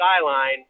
skyline